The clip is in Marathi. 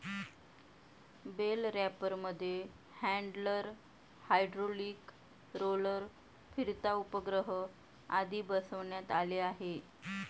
बेल रॅपरमध्ये हॅण्डलर, हायड्रोलिक रोलर, फिरता उपग्रह आदी बसवण्यात आले आहे